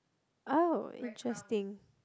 oh interesting